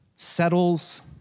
settles